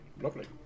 Lovely